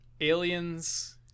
aliens